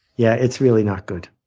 yeah it's really not good.